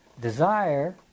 Desire